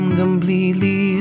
completely